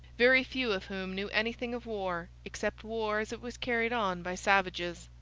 very few of whom knew anything of war, except war as it was carried on by savages.